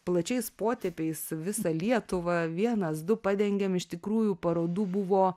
plačiais potėpiais visą lietuvą vienas du padengėm iš tikrųjų parodų buvo